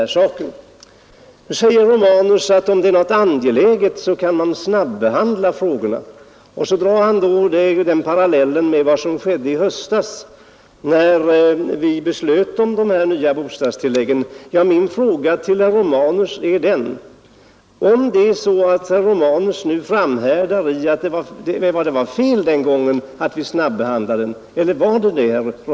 Så säger herr Romanus att om det är något angeläget så kan man snabbehandla frågorna, och han drar paralleller med vad som skedde i höstas när vi beslöt oss för de nya bostadstilläggen. Jag vill fråga om herr Romanus nu framhärdar i att det var fel att snabbehandla frågan den gången?